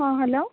ହଁ ହେଲୋ